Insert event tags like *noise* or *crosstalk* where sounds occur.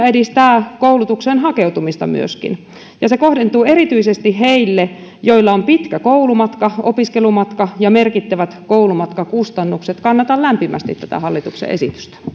*unintelligible* edistää myöskin koulutukseen hakeutumista ja se kohdentuu erityisesti niille joilla on pitkä koulumatka opiskelumatka ja merkittävät koulumatkakustannukset kannatan lämpimästi tätä hallituksen esitystä